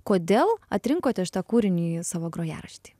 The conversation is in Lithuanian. kodėl atrinkote šitą kūrinį į savo grojaraštį